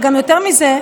וגם יותר מזה,